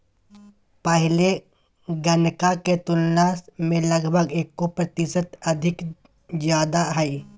पहले गणना के तुलना में लगभग एगो प्रतिशत अधिक ज्यादा हइ